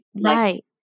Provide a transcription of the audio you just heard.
Right